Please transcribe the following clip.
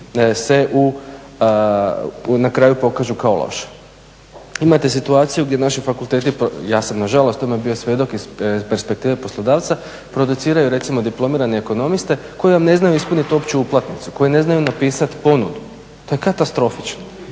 se na kraju pokažu kao loše. Imate situaciju gdje naši fakulteti, ja sam nažalost tome bio svjedok iz perspektive poslodavca, produciraju recimo diplomirane ekonomiste koji vam ne znaju ispuniti opću uplatnicu, koji ne znaju napisati ponudu. To je katastrofično.